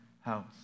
house